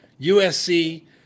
USC